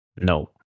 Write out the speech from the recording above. no